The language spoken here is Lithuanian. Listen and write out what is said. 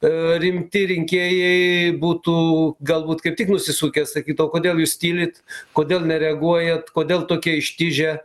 rimti rinkėjai būtų galbūt kaip tik nusisukę ir sakytų o kodėl jūs tylit kodėl nereaguojat kodėl tokie ištižę